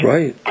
Right